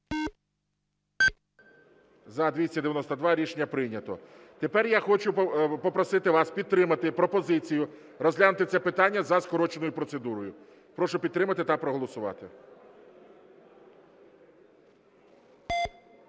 За-292 Рішення прийнято. Тепер я хочу попросити вас підтримати пропозицію розглянути це питання за скороченою процедурою. Прошу підтримати та проголосувати.